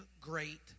great